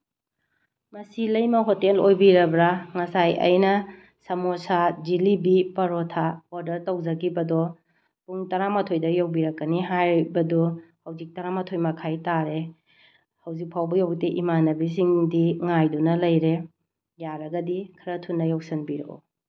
ꯃꯁꯤ ꯂꯩꯃ ꯍꯣꯇꯦꯜ ꯑꯣꯏꯕꯤꯔꯕ꯭ꯔꯥ ꯉꯁꯥꯏ ꯑꯩꯅ ꯁꯃꯣꯁꯥ ꯖꯤꯂꯤꯕꯤ ꯄꯔꯣꯊꯥ ꯑꯣꯗꯔ ꯇꯧꯖꯈꯤꯕꯗꯣ ꯄꯨꯡ ꯇꯔꯥꯃꯥꯊꯣꯏꯗ ꯌꯧꯕꯤꯔꯛꯀꯅꯤ ꯍꯥꯏꯕꯗꯣ ꯍꯧꯖꯤꯛ ꯇꯔꯥꯃꯥꯊꯣꯏ ꯃꯈꯥꯏ ꯇꯥꯔꯦ ꯍꯧꯖꯤꯛ ꯐꯥꯎꯕ ꯌꯧꯗꯦ ꯏꯃꯥꯟꯅꯕꯤꯁꯤꯡꯗꯤ ꯉꯥꯏꯗꯨꯅ ꯂꯩꯔꯦ ꯌꯥꯔꯒꯗꯤ ꯈꯔ ꯊꯨꯅ ꯌꯧꯁꯤꯟꯕꯤꯔꯛꯑꯣ